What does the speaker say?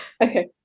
Okay